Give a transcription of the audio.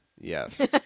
Yes